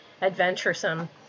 adventuresome